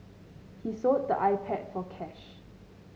he sold the iPad for cash